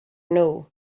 know